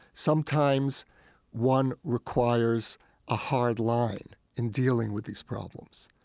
sometimes one requires a hard line in dealing with these problems,